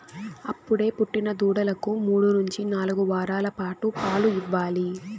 అప్పుడే పుట్టిన దూడలకు మూడు నుంచి నాలుగు వారాల పాటు పాలు ఇవ్వాలి